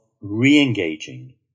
re-engaging